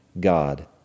God